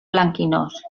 blanquinós